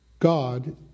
God